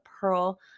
pearl